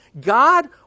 God